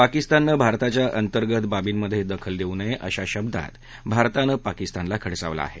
पाकिस्ताननं भारताच्या अंतर्गत बाबींमध्ये दखल देऊ नये अशा शब्दांत भारतानं पाकिस्तानला खडसावलं आहे